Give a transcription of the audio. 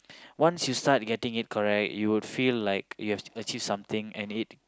once you start getting it correct you will feel like you have achieved something and it